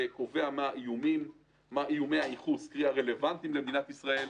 שקובע מה איומי הייחוס הרלוונטיים למדינת ישראל,